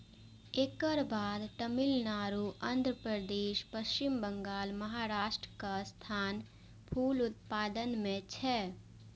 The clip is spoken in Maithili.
एकर बाद तमिलनाडु, आंध्रप्रदेश, पश्चिम बंगाल, महाराष्ट्रक स्थान फूल उत्पादन मे छै